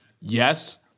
Yes